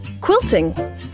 Quilting